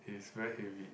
is very heavy